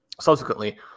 subsequently